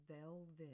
velvet